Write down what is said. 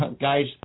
Guys